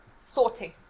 sorting